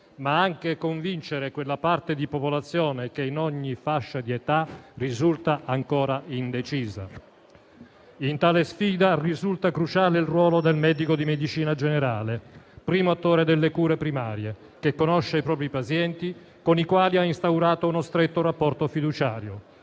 ma anche convincere quella parte di popolazione che, in ogni fascia di età, risulta ancora indecisa. In tale sfida risulta cruciale il ruolo del medico di medicina generale, primo attore delle cure primarie, che conosce i propri pazienti con i quali ha instaurato uno stretto rapporto fiduciario.